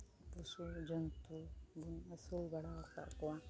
ᱯᱚᱥᱩ ᱡᱚᱱᱛᱩ ᱵᱚᱱ ᱟᱹᱥᱩᱞ ᱫᱟᱲᱮᱣᱟᱠᱟᱫ ᱠᱚᱣᱟ